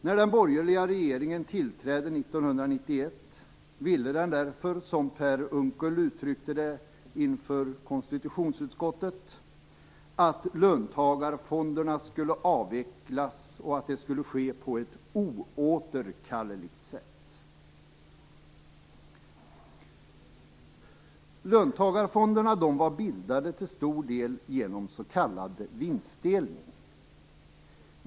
När den borgerliga regeringen tillträdde 1991 ville den därför, som Per Unckel uttryckte det inför konstitutionsutskottet, att löntagarfonderna skulle avvecklas och att det skulle ske på ett oåterkalleligt sätt. Löntagarfonderna var till stor del bildade genom s.k. vinstdelning.